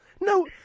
No